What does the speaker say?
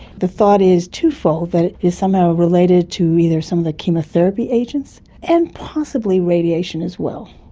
the thought is twofold, that it is somehow related to either some of the chemotherapy agents and possibly radiation as well.